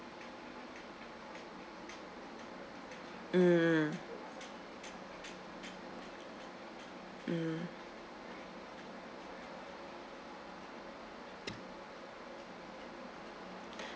mm mm